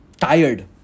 tired